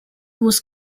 was